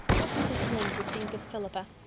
what mrs. lynde would think of philippa.